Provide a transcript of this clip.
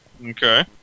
Okay